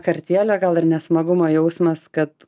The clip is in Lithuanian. kartėlio gal ir nesmagumo jausmas kad